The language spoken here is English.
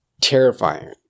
terrifying